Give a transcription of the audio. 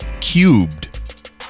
cubed